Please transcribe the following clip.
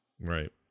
right